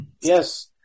Yes